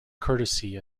courtesy